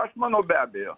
aš manau be abejo